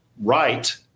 right